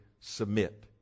submit